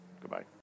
Goodbye